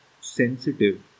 sensitive